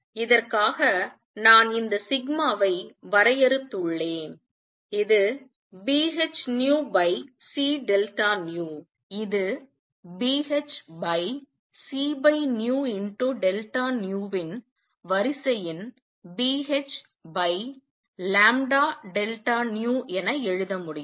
இதற்காக நான் இந்த சிக்மாவை வரையறுத்துள்ளேன் இது Bhνc இது Bhc இன் வரிசையின் Bh என எழுத முடியும்